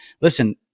Listen